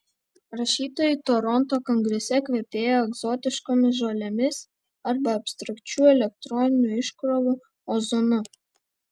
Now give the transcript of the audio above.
rašytojai toronto kongrese kvepėjo egzotiškomis žolėmis arba abstrakčių elektroninių iškrovų ozonu